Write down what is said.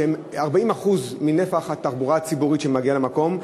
שהם 40% מנפח התחבורה הציבורית שמגיעה למקום,